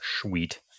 Sweet